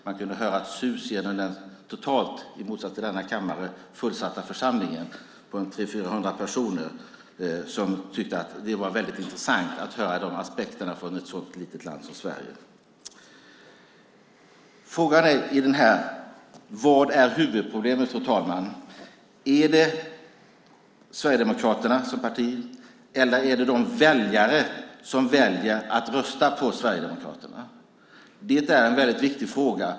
Man kunde höra ett sus genom den totalt, i motsats till denna kammare, fullsatta salen med en församling om 300-400 personer som tyckte att det var väldigt intressant att höra de aspekterna från ett så litet land som Sverige. Frågan här är, fru talman, vad som är huvudproblemet. Är det Sverigedemokraterna som parti eller är det de väljare som väljer att rösta på Sverigedemokraterna? Det är en väldigt viktig fråga.